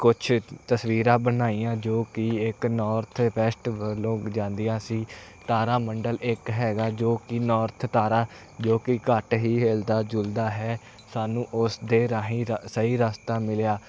ਕੁਛ ਤਸਵੀਰਾਂ ਬਣਾਈਆਂ ਜੋ ਕਿ ਇੱਕ ਨੌਰਥ ਬੈਸਟ ਵੱਲੋਂ ਜਾਂਦੀਆਂ ਸੀ ਤਾਰਾ ਮੰਡਲ ਇੱਕ ਹੈਗਾ ਜੋ ਕਿ ਨੌਰਥ ਤਾਰਾ ਜੋ ਕਿ ਘੱਟ ਹੀ ਹਿੱਲਦਾ ਜੁਲਦਾ ਹੈ ਸਾਨੂੰ ਉਸ ਦੇ ਰਾਹੀਂ ਸਹੀ ਰਸਤਾ ਮਿਲਿਆ